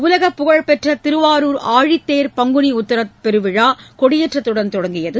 உலகப் புகழ்பெற்ற திருவாரூர் ஆழித்தேர் பங்குனி உத்தர பெருவிழா கொடியேற்றத்துடன் தொடங்கியது